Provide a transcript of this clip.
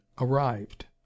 arrived